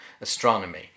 astronomy